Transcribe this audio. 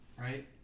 right